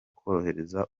korohereza